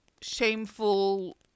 shameful